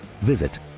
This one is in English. visit